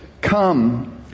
Come